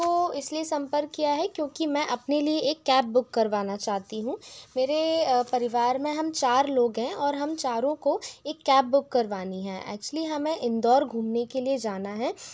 को इसलिए संपर्क किया है क्योंकि मैं अपने लिए एक कैब बुक करवाना चाहती हूँ मेरे परिवार में हम चार लोग हैं और हम चारों को एक कैब बुक करवानी है एक्चुअली हमें इंदौर घूमने के लिए जाना है